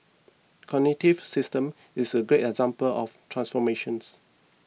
Cognitive Systems is a great example of transformations